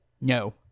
No